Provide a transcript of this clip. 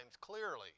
clearly